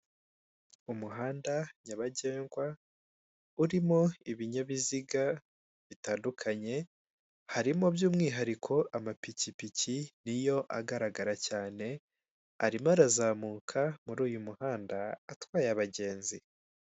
Umuhanda, nyabagendwa, urimo ibinyabiziga bitandukanye, harimo by'umwihariko ama pikipiki niyo agaragara cyane, arimo arazamuka muri uyu muhanda, atwaye abagenzi.